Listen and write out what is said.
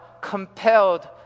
compelled